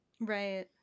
Right